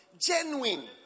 genuine